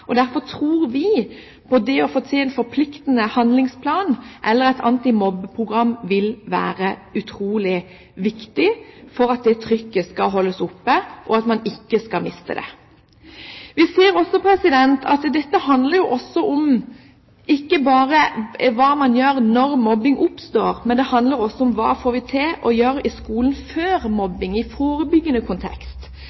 Derfor tror vi på at det å få til en forpliktende handlingsplan eller et antimobbeprogram vil være utrolig viktig for at det trykket skal holdes oppe, og at vi ikke skal miste det. Vi ser også at dette ikke bare handler om hva vi skal gjøre når mobbing oppstår, men det handler også om hva får vi til å gjøre i skolen før